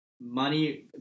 money